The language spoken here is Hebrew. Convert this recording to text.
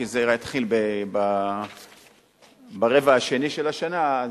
כי זה התחיל ברבע השני של השנה,